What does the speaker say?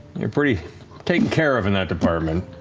pretty taken care of in that department.